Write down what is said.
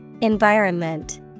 Environment